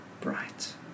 bright